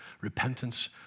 repentance